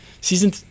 season